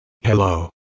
Hello